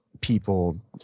people